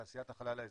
תעשיית החלל האזרחית.